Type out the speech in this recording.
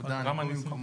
אוקיי.